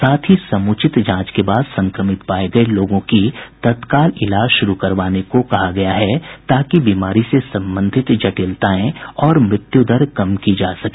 साथ ही समुचित जांच के बाद संक्रमित पाये गये लोगों की तत्काल इलाज शुरू करवाने को कहा गया है ताकि बीमारी से संबंधित जटिलताएं और मृत्यु दर कम की जा सके